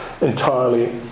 entirely